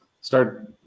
start